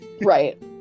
Right